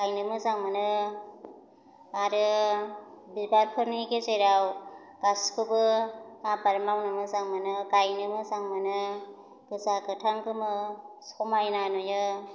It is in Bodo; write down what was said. गायनो मोजां मोनो आरो बिबारफोरनि गेजेराव गासैखौबो आबाद मावनो मोजां मोनो गायनो मोजां मोनो गोजा गोथां गोमो समायना नुयो